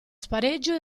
spareggio